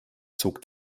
zog